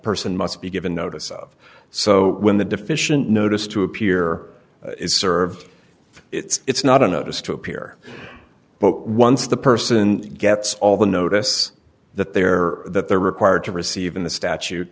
person must be given notice of so when the deficient notice to appear is served it's not a notice to appear but once the person gets all the notice that there that they're required to receive in the statu